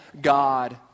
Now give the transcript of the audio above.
God